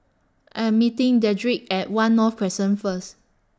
I Am meeting Dedrick At one North Crescent First